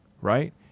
right